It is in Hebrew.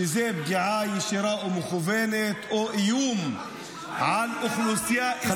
זו פגיעה ישירה או מכוונת או איום על אוכלוסייה אזרחית -- איימן,